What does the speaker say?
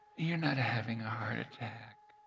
you're not having a heart attack,